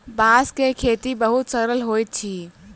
बांस के खेती बहुत सरल होइत अछि